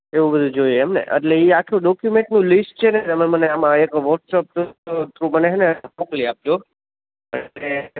એવું બધું જોઈએ એમ ને એટલે એ આટલું ડોક્યુમેન્ટનું લિસ્ટ છે ને તમે મને આમાં એક વોટસપ થ્રૂ મને છે ને મોકલી આપજો અને